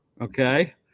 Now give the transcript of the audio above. Okay